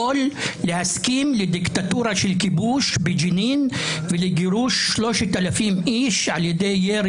להסכים לדיקטטורה של כיבוש בג'נין ולגירוש 3,000 איש על ידי ירי